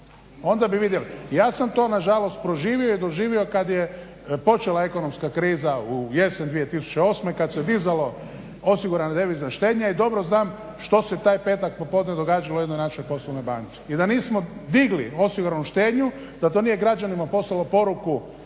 onda bi vidjeli. Ja sam to nažalost proživio i doživio kada je počela ekonomska kriza u jesen 2008.kada se dizalo osigurane devizne štednje i dobro znam što se taj petak popodne događalo u jednoj našoj poslovnoj banci. I da nismo digli osiguranu štednju da to nije građanima poslalo poruku